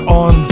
on